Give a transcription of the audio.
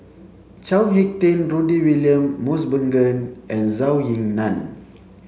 Chao Hick Tin Rudy William Mosbergen and Zhou Ying Nan